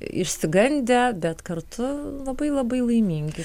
išsigandę bet kartu labai labai laimingi